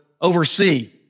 oversee